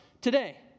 today